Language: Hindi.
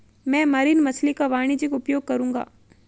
मैं मरीन मछली का वाणिज्यिक उपयोग करूंगा